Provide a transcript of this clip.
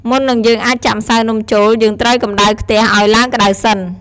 មុននឹងយើងអាចចាក់ម្សៅនំចូល យើងត្រូវកម្តៅខ្ទះឱ្យឡើងក្តៅសិន។